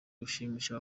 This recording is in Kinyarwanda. gushimisha